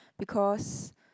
because